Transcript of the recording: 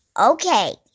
Okay